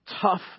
tough